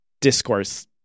discourse